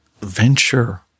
venture